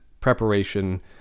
preparation